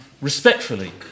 respectfully